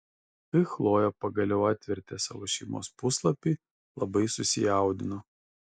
kai chlojė pagaliau atvertė savo šeimos puslapį labai susijaudino